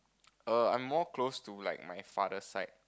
err I'm more close to like my father's side